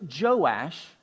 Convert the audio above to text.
Joash